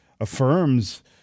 affirms